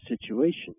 situation